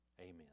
Amen